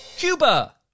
Cuba